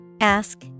Ask